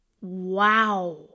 Wow